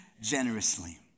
generously